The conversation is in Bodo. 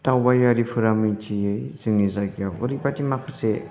दावबायारिफोरा मिनथियै जोंनि जायगायाव ओरैबादि माखासे